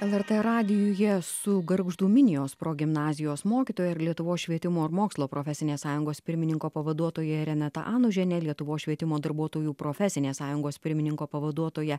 lrt radijuje su gargždų minijos progimnazijos mokytoja ir lietuvos švietimo ir mokslo profesinės sąjungos pirmininko pavaduotoja renata anužiene lietuvos švietimo darbuotojų profesinės sąjungos pirmininko pavaduotoja